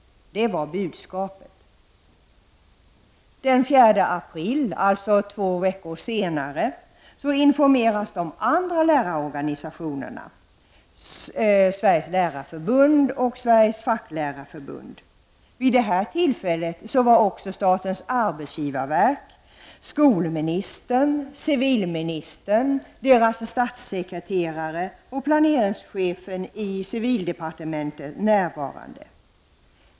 Det var budskapet. Den 4 april, alltså två veckor senare, informerades de andra lärarorganisationerna, Sveriges lärarförbund och Sveriges facklärarförbund. Vid det tillfället var också företrädare för statens arbetsgivarverk, skolministern och civilministern samt deras statssekreterare och planeringschefen i civildepartementet närvarande.